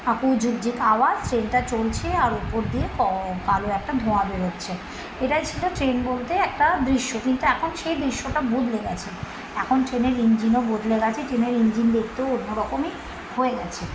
কু ঝিকঝিক আওয়াজ ট্রেনটা চলছে আর উপর দিয়ে কালো একটা ধোঁয়া বেরোচ্ছে এটাই ছিল ট্রেন বলতে একটা দৃশ্য কিন্তু এখন সেই দৃশ্যটা বদলে গিয়েছে এখন ট্রেনের ইঞ্জিনও বদলে গিয়েছে ট্রেনের ইঞ্জিন দেখতেও অন্য রকমই হয়ে গিয়েছে